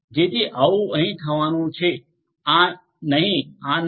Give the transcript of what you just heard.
જેથી આવું અહીં થવાનું છે આ નહિ આ નહિ